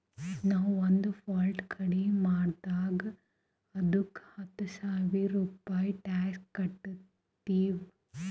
ನಾವು ಒಂದ್ ಪ್ಲಾಟ್ ಖರ್ದಿ ಮಾಡಿದಾಗ್ ಅದ್ದುಕ ಹತ್ತ ಸಾವಿರ ರೂಪೆ ಟ್ಯಾಕ್ಸ್ ಕಟ್ಟಿವ್